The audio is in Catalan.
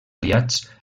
aliats